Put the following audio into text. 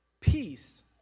peace